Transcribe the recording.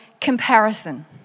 comparison